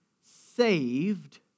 saved